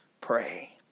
pray